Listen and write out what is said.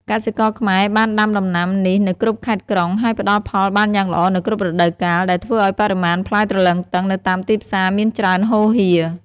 កសិករខ្មែរបានដាំដំណាំនេះនៅគ្រប់ខេត្តក្រុង ហើយផ្តល់ផលបានយ៉ាងល្អនៅគ្រប់រដូវកាល ដែលធ្វើឱ្យបរិមាណផ្លែទ្រលឹងទឹងនៅតាមទីផ្សារមានច្រើនហូរហៀរ។